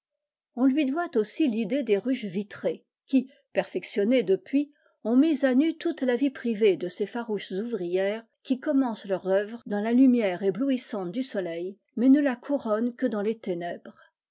on lui doit aussi l'idée des ruches vitrées qui perfectionnées depuis ont mis à nu toute la vie privée de ces farouches ouvrières qui commencent leur œuvre dans la lumière éblouissante du soleil mais ne la couronnent que dans les ténèbres